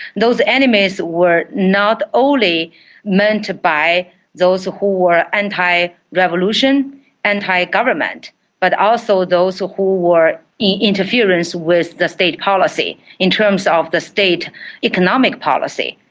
those enemies were not only meant by those who were and anti-revolution, anti-government, but also those who were interfering with the state policy in terms of the state economic policy.